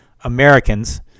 Americans